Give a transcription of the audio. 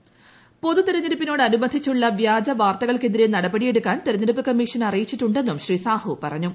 വോട്ടുകളുടെ എണ്ണവും പൊതുതെരഞ്ഞെടുപ്പിനോട് അനുബന്ധിച്ചുള്ള വ്യാജ വാർത്തകൾക്കെതിരെ നടപടിയെടുക്കാൻ തെരഞ്ഞെടുപ്പ് കമ്മീഷൻ അറിയിച്ചിട്ടുണ്ടെന്നും ശ്രീ സാഹു പറഞ്ഞു